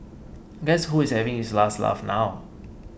guess who is having his last laugh now